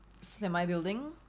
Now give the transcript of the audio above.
semi-building